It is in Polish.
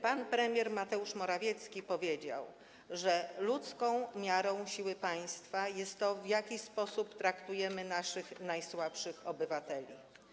Pan premier Mateusz Morawiecki powiedział, że ludzką miarą siły państwa jest to, w jaki sposób traktujemy naszych najsłabszych obywateli.